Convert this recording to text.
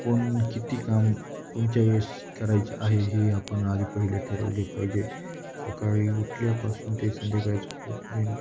कोण किती काम कोणच्या वेळेस करायचे आहे हे आपण आधी पहिले ठरवले पाहिजे सकाळी उठल्यापासून ते संध्याकाळी झोपेपर्यंत